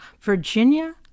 Virginia